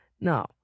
No